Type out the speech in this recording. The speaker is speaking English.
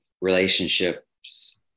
relationships